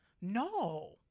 No